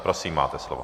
Prosím, máte slovo.